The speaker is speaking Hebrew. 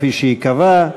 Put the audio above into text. כפי שייקבע.